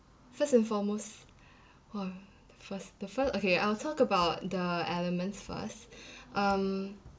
first and foremost !whoa! the first the fir~ okay I'll talk about the elements first um